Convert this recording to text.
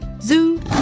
Zoo